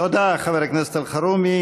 תודה, חבר הכנסת אלחרומי.